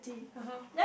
ah [huh]